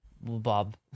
Bob